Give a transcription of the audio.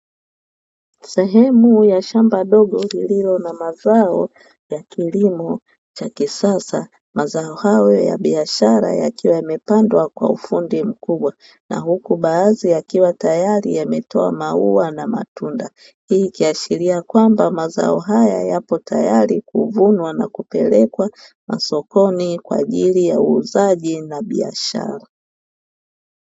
Sehemu ya shamba dogo lililo na mazao ya kilimo cha kisasa, mazao hayo ya biashara yakiwa yamepandwa kwa ufundi mkubwa na huku baadhi yakiwa tayari yametoa maua na matunda, hii ikiashira kwamba mazao haya yako tayari kuvunwa na kupelekwa masokoni kwa ajili ya uuzaji na biashara.